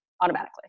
automatically